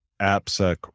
AppSec